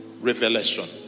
revelation